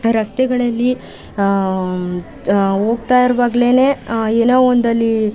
ರಸ್ತೆಗಳಲ್ಲಿ ಹೋಗ್ತಾ ಇರುವಾಗಲೇನೆ ಏನೋ ಒಂದಲ್ಲಿ